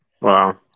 Wow